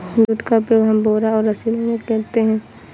jute का उपयोग हम बोरा और रस्सी बनाने में करते हैं